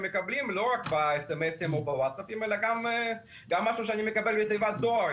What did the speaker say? מקבלים לא רק ב-סמס או ב-ווטסאפ אלא גם משהו שאני מקבל לתיבת הדואר,